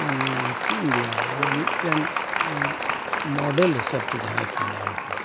ᱪᱮᱫ ᱤᱧ ᱞᱟᱹᱭᱟ ᱢᱟᱱᱮ ᱢᱤᱫᱴᱮᱱ ᱢᱚᱰᱮᱞ ᱦᱤᱥᱟᱹᱵ ᱛᱮ ᱡᱟᱦᱟᱸᱭ ᱠᱩᱧ ᱧᱟᱢᱠᱩ